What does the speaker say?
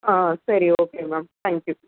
ஆ சரி okay ma'am thank you